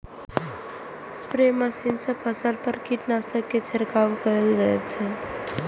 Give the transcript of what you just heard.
spray machine सं फसल पर कीटनाशक के छिड़काव कैल जाइ छै